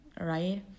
right